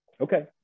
Okay